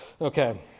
Okay